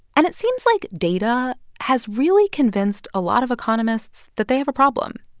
and it seems like data has really convinced a lot of economists that they have a problem.